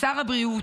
לשר הבריאות,